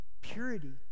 purity